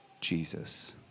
Jesus